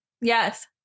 yes